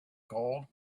gold